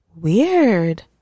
weird